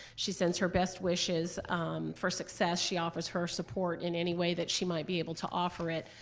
she sends her best wishes for success. she offers her support in any way that she might be able to offer it,